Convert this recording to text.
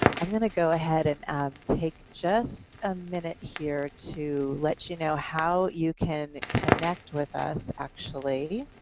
i'm going to go ahead and take just a minute here to let you know how you can connect with us actually.